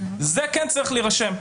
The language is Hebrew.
אז זה כן צריך להירשם.